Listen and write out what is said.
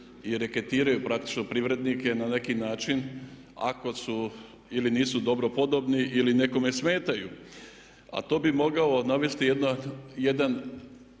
Hvala vam.